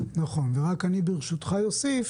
ברשותך אוסיף,